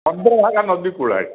ଚନ୍ଦ୍ରଭାଗା ନଦୀ କୂଳରେ